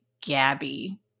Gabby